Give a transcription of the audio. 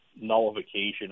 nullification